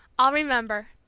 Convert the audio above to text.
i'll remember,